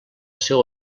seu